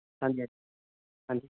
ਹਾਂਜੀ ਹਾਂਜੀ ਹਾਂਜੀ